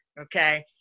okay